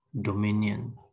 dominion